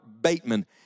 Bateman